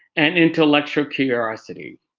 and intellectual curiosity.